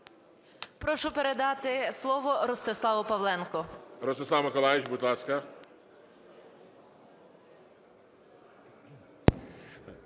Прошу передати слово Ростиславу Павленку.